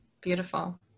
Beautiful